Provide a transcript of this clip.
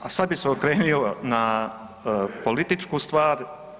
A sad bi se okrenuo na političku stvar.